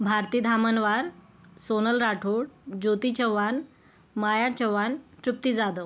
Bharti Dhamanwar Sonal Rathod Jyoti Chauhan Maya Chauhan Trupti Jadhav